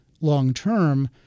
long-term